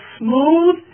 smooth